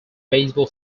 baseball